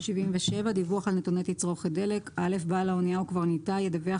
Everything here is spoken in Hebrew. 77.דיווח על נתוני תצרוכת דלק בעל האנייה או קברניטה ידווח